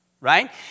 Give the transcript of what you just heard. right